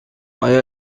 آیا